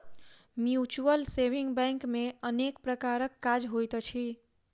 mutual saving bank मे अनेक प्रकारक काज होइत अछि